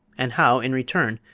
and how, in return,